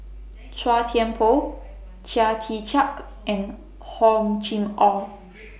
Chua Tian Poh Chia Tee Chiak and Hor Chim Or